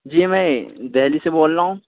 جی میں دہلی سے بول رہا ہوں